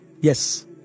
Yes